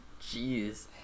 Jeez